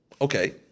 Okay